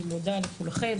אני מודה לכולכם.